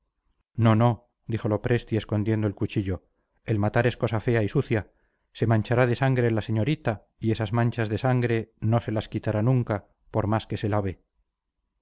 no no dijo lopresti escondiendo el cuchillo el matar es cosa fea y sucia se manchará de sangre la señorita y esas manchas de sangre no se las quitará nunca por más que se lave